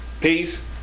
Peace